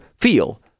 Feel